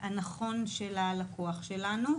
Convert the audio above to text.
הנכון של הלקוח שלנו.